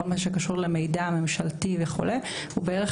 מה שקשור למידע הממשלתי וכו' הוא בערך